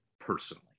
personally